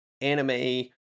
anime